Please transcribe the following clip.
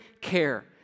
care